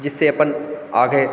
जिससे अपन आगे